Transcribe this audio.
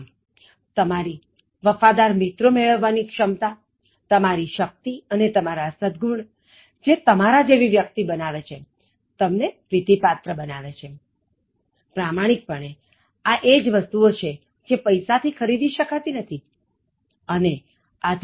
આમ તમારી વફાદાર મિત્રો મેળવવાની ક્ષમતા તમારી શક્તિ અને તમારા સદ્ગુણ પ્રામાણિકપણે આ જ વસ્તુઓ છે જે પૈસા થી ખરીદી શકાતી નથી અને આ જે તમારા જેવી વ્યક્તિ બનાવે છે તમને પ્રિતી પાત્ર બનાવે છે